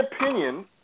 opinion